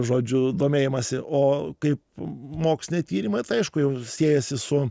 žodžiu domėjimąsi o kaip moksliniai tyrimai tai aišku jau siejasi su